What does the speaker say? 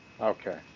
Okay